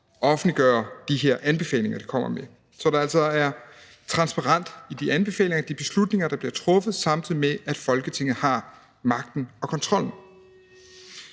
offentliggøre de her anbefalinger, de kommer med, så der altså er transparens i de anbefalinger og de beslutninger, der bliver truffet, samtidig med at Folketinget har magten og kontrollen.